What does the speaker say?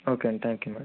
okay అండి thank you madam